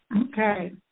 Okay